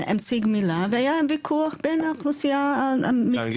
אמצעי גמילה והיה וויכוח בין האוכלוסייה המקצועית --- הייתי